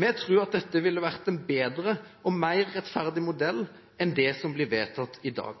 Vi tror at dette ville vært en bedre og mer rettferdig modell enn det som blir vedtatt i dag.